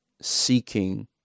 seeking